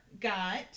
got